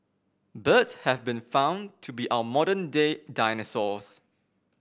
birds have been found to be our modern day dinosaurs